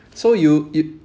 so you you